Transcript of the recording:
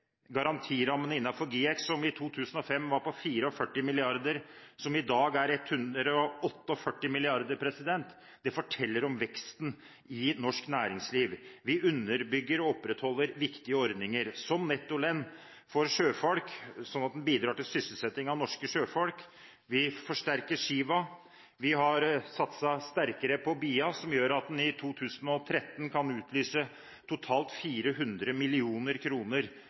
garantirammene innenfor GIEK, som i 2005 var på 44 mrd. kr, er i dag på 148 mrd. kr. Det forteller om veksten i norsk næringsliv. Vi underbygger og opprettholder viktige ordninger som nettolønn for sjøfolk, slik at en bidrar til sysselsetting av norske sjøfolk, vi forsterker SIVA, vi har satset sterkere på BIA, slik at en i 2013 kan utlyse totalt 400